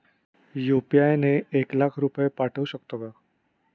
UPI ने एक लाख रुपये पाठवू शकतो का?